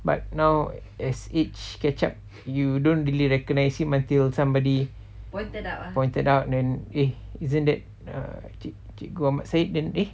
but now as age catch up you don't really recognize him until somebody pointed out then eh isn't that err cikgu ahmad said then eh